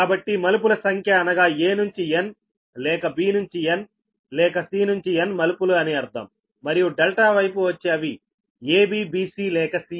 కాబట్టి మలుపుల సంఖ్య అనగా A నుంచి N లేక B నుంచి N లేక C నుంచి N మలుపులు అని అర్థం మరియు ∆ వైపు వచ్చి అవి AB BC లేక CA